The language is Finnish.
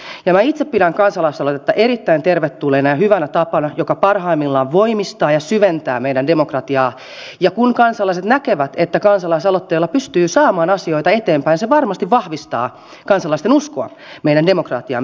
minä itse pidän kansalaisaloitetta erittäin tervetulleena ja hyvänä tapana joka parhaimmillaan voimistaa ja syventää meidän demokratiaamme ja kun kansalaiset näkevät että kansalaisaloitteella pystyy saamaan asioita eteenpäin se varmasti vahvistaa kansalaisten uskoa meidän demokratiaamme